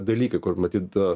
dalykai kur matyt